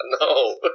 No